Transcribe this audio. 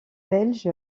belge